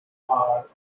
are